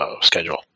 schedule